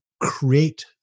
create